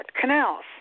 Canals